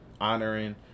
honoring